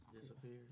disappeared